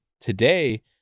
today